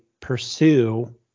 pursue